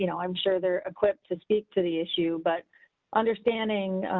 you know i'm sure they're equipped to speak to the issue, but understanding.